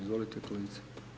Izvolite kolegice.